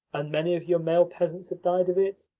and many of your male peasants have died of it?